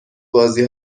بازی